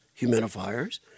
humidifiers